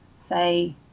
say